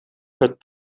het